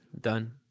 done